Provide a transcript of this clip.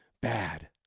Bad